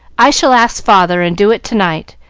i shall ask father, and do it to-night,